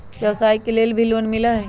व्यवसाय के लेल भी लोन मिलहई?